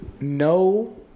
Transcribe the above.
No